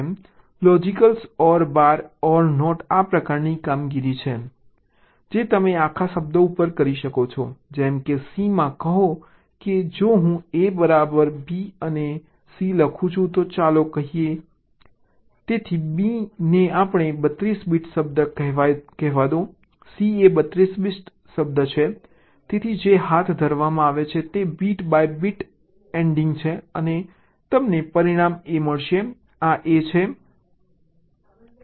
logical OR bar OR NOT આ પ્રકારની કામગીરી જે તમે આખા શબ્દ ઉપર કરી શકો છો જેમ કે C માં કહો કે જો હું a બરાબર b અને c લખું છું તો ચાલો કહીએ તેથી b ને આપણે 32 બીટ શબ્દ કહેવા દો C એ 32 બીટ શબ્દ છે તેથી જે હાથ ધરવામાં આવે છે તે બીટ બાય બીટ એન્ડિંગ છે અને તમને પરિણામ A મળશે આ A છે